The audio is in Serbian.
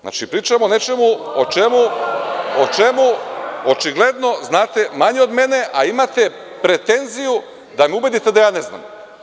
Znači, pričam o nečemu o čemu očigledno znate manje od mene, a imate pretenziju da me ubedite da ja ne znam.